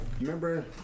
remember